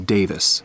Davis